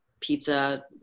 pizza